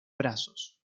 brazos